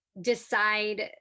decide